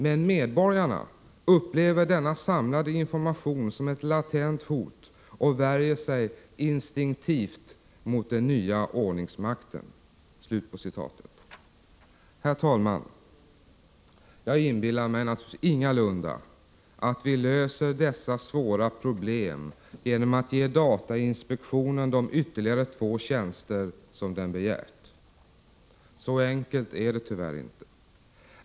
Men medborgarna upplever denna samlade information som ett latent hot och värjer sig instinktivt mot den nya ordningsmakten.” Herr talman! Jag inbillar mig ingalunda att vi löser dessa svåra problem genom att ge datainspektionen de ytterligare två tjänster som den begärt. Så enkelt är det tyvärr inte.